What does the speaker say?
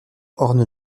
orne